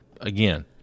Again